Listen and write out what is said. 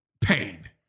pain